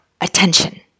attention